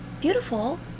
Beautiful